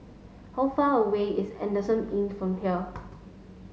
how far away is Adamson Inn from here